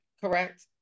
correct